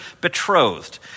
betrothed